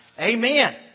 Amen